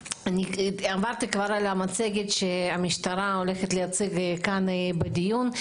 עברתי כבר על המצגת שהמשטרה הולכת להציג כאן בדיון.